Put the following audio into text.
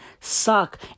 suck